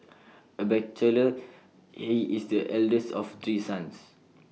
A bachelor he is the eldest of three sons